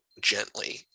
gently